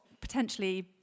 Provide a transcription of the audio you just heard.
potentially